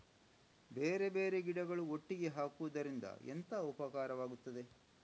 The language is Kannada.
ಬೇರೆ ಬೇರೆ ಗಿಡಗಳು ಒಟ್ಟಿಗೆ ಹಾಕುದರಿಂದ ಎಂತ ಉಪಕಾರವಾಗುತ್ತದೆ?